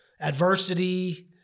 adversity